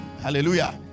Hallelujah